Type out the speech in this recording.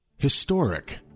Historic